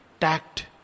tact